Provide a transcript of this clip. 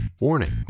Warning